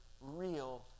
real